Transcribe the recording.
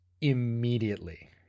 immediately